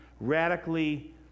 radically